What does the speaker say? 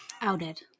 Outed